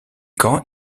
quand